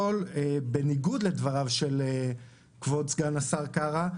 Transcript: בניגוד לדבריו של כבוד סגן השר קארה,